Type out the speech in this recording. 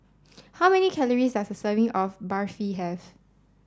how many calories does a serving of Barfi have